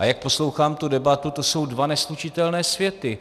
A jak poslouchám tu debatu, to jsou dva neslučitelné světy.